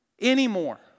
anymore